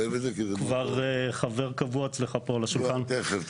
כבר חבר קבוע אצלך פה על השולחן.